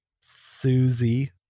Susie